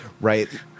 right –